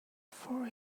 for